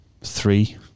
three